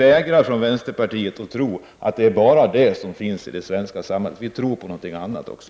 Vi i vänsterpartiet vägrar att tro att det är det enda som finns i det svenska samhället. Vi tror på någonting annat också.